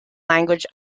language